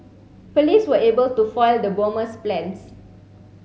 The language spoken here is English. police were able to foil the bomber's plans